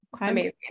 Amazing